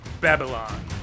babylon